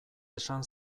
esan